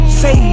say